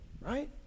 right